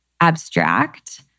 abstract